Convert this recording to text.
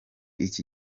iki